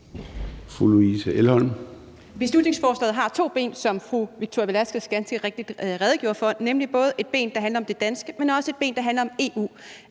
(V): Beslutningsforslaget har to ben, som fru Victoria Velasquez ganske rigtigt redegjorde for, nemlig både et ben, der handler om det danske område, og også et ben, der handler om EU,